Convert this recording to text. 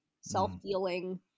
self-dealing